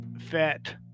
fat